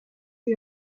für